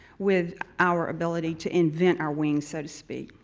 with our ability to invent our wings, so to speak.